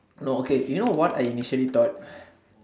no okay you know what I initially thought